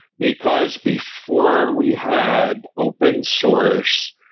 because before we had open sores,